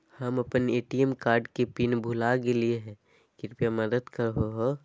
हम अप्पन ATM card के पिन भुला गेलिओ हे कृपया मदद कर हो